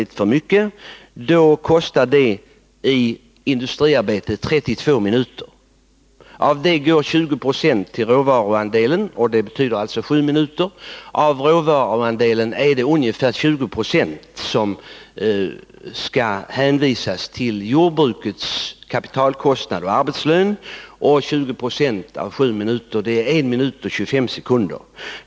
litet för mycket — för vuxen person 32 minuter i industriarbete. Av det går 20 9 till råvaruandelen — det betyder 7 minuter. Av råvaruandelen är det ungefär 20 70 som skall hänvisas till jordbrukets kapitalkostnader och arbetslöner. 20 26 av 7 minuter blir 1 minut och 25 sekunder.